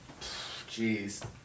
Jeez